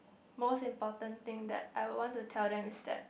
most important thing that I will want to tell them is that